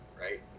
right